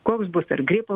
koks bus ar gripo